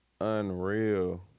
unreal